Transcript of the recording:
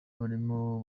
barimo